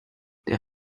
der